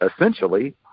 essentially